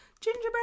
gingerbread